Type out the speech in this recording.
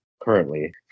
currently